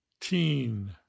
teen